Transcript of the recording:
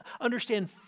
understand